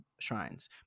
shrines